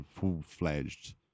full-fledged